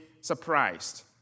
surprised